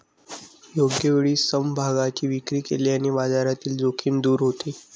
योग्य वेळी समभागांची विक्री केल्याने बाजारातील जोखीम दूर होते